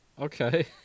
Okay